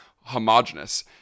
homogeneous